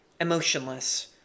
Emotionless